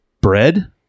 bread